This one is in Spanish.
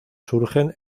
surgen